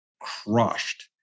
crushed